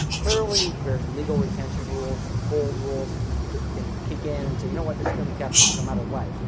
clearly there's legal retention rules and hold rules that can can kick in and say you know what? this is gonna be kept, no matter what.